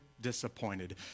disappointed